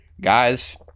guys